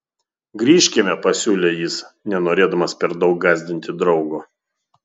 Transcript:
grįžkime pasiūlė jis nenorėdamas per daug gąsdinti draugo